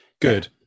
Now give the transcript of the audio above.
good